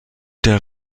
der